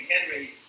Henry